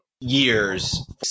years